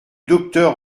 docteur